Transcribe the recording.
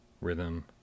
rhythm